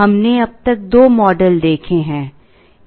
हमने अब तक दो मॉडल देखे हैं